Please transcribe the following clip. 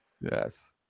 Yes